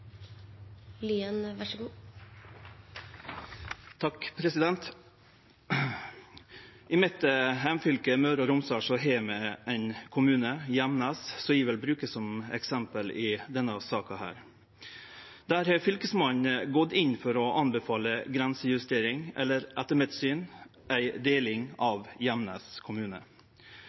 Romsdal, har vi ein kommune, Gjemnes, som eg vil bruke som eksempel i denne saka. Der har Fylkesmannen gått inn for å anbefale grensejustering – eller etter mitt syn deling – av Gjemnes kommune.